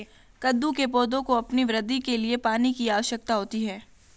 कद्दू के पौधों को अपनी वृद्धि के लिए पानी की आवश्यकता होती है